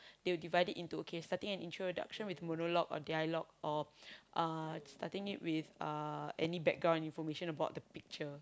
they will divide it into okay starting an introduction with monologue or dialogue or uh starting it with uh any background information about the picture